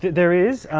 there is.